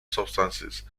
substances